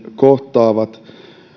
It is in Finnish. kohtaavat